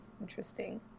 interesting